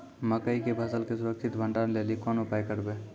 मकई के फसल के सुरक्षित भंडारण लेली कोंन उपाय करबै?